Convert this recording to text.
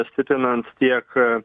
stiprinant tiek